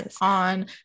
on